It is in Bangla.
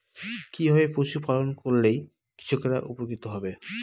কিভাবে পশু পালন করলেই কৃষকরা উপকৃত হবে?